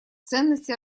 ценности